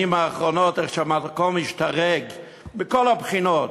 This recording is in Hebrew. האחרונות איך שהמקום השתדרג מכל הבחינות,